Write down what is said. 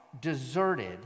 deserted